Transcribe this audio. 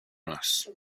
nas